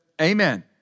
Amen